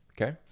okay